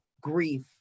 grief